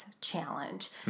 challenge